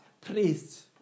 Priests